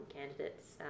candidates